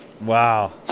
Wow